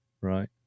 right